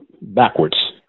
backwards